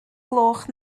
gloch